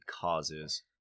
causes